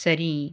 Surrey